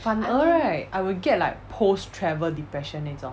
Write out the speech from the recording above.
反而 right I will get like post travel depression 那种